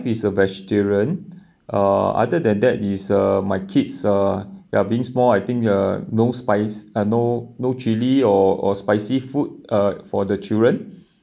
is a vegetarian uh other than that is uh my kids uh ya being small I think uh no spice ah no no chili or or spicy food uh for the children